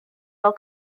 fel